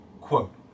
quote